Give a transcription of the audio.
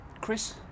Chris